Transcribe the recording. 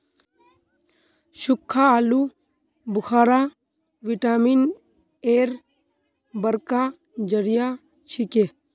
सुक्खा आलू बुखारा विटामिन एर बड़का जरिया छिके